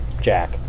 jack